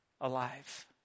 alive